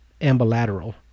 ambilateral